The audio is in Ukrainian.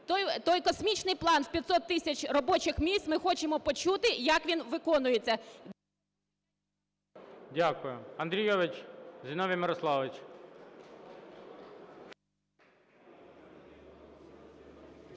Той "космічний" план в 500 тисяч робочих місць, ми хочемо почути, як він виконується. ГОЛОВУЮЧИЙ. Дякую. Андрійович Зіновій Мирославович.